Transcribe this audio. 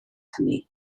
hynny